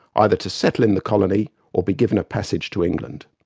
either to settle in the colony or be given a passage to england.